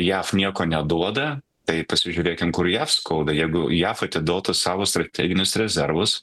jav nieko neduoda tai pasižiūrėkim kur jav skauda jeigu jav atiduotų savo strateginius rezervus